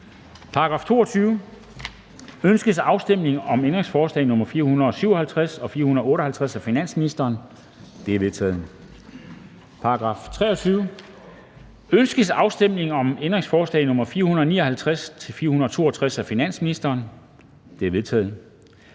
Ønskes afstemning om ændringsforslag nr. 457 og 458 af finansministeren? De er vedtaget. Til § 23. Miljøministeriet. Ønskes afstemning om ændringsforslag nr. 459-462 af finansministeren? De er vedtaget.